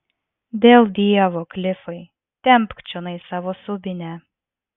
dėl dievo klifai tempk čionai savo subinę